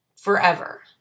forever